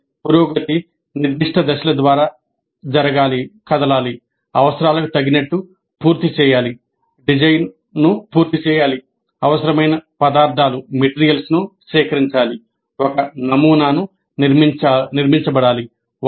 అంటే పురోగతి నిర్దిష్ట దశల ద్వారా కదలాలి అవసరాలకు తగినట్టు పూర్తి చేయాలి డిజైన్ పూర్తి చేయాలి అవసరమైన పదార్థాలను సేకరించాలి ఒక నమూనా నిర్మించబడాలి